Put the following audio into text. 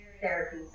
therapy